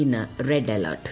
ഇന്ന് red alert